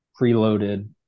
preloaded